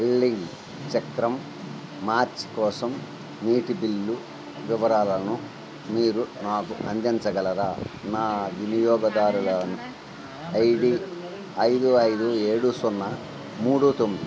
billing చక్రం March కోసం నీటి బిల్లు వివరాలను మీరు నాకు అందించగలరా నా వినియోగదారుల ఐ డీ ఐదు ఐదు ఏడు సున్నా మూడు తొమ్మిది